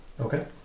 Okay